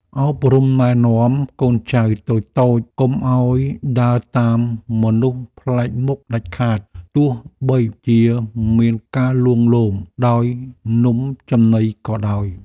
អប់រំណែនាំកូនចៅតូចៗកុំឱ្យដើរតាមមនុស្សប្លែកមុខដាច់ខាតទោះបីជាមានការលួងលោមដោយនំចំណីក៏ដោយ។